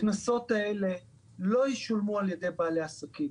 הקנסות האלה לא ישולמו על ידי בעלי העסקים.